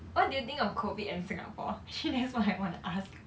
what do you think of COVID and singapore that's what I wanna ask